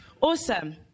Awesome